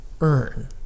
earn